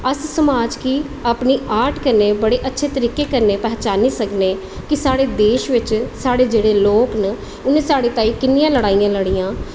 अस अपने समाज़ गी आर्ट कन्नै अच्छे तरीके कन्नै पहचानी सकने की साढ़े देश बिच साढ़े जेह्ड़े लोग न उनें साढ़े ताहीं किन्नियां लड़ाइयां लड़ियां